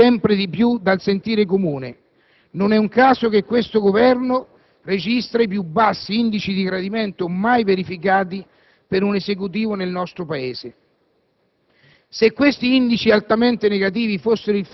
Non è un caso che vi allontaniate sempre di più dal sentire comune; non è un caso che questo Governo registri i più bassi indici di gradimento mai verificati per un Esecutivo nel nostro Paese.